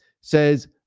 says